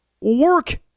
work